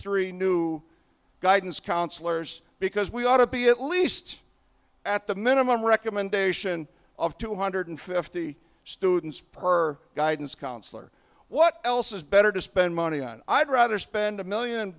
three new guidance counselors because we ought to be at least at the minimum recommendation of two hundred fifty students per guidance counselor what else is better to spend money on i'd rather spend a million